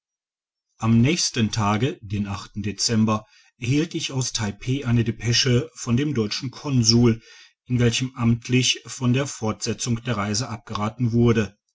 am nächsten tage dezember erhielt ich auch aus taipeh eine depesche von dem deutschen konsul in welchem amtlich von der fortsetzung der reise abgeraten wurde